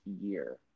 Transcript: year